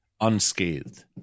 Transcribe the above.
unscathed